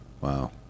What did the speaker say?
Wow